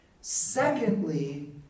Secondly